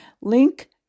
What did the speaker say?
Link